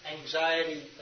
anxiety